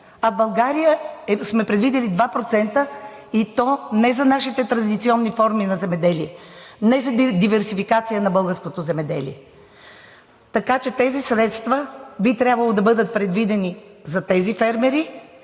А в България сме предвидили 2%, и то не за нашите традиционни форми на земеделие, не за диверсификация на българското земеделие. Средствата би трябвало да бъдат предвидени за тези фермери.